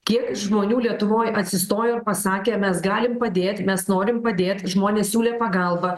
kiek žmonių lietuvoj atsistojo ir pasakė mes galim padėt mes norim padėt žmonės siūlė pagalbą